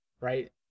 right